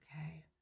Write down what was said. Okay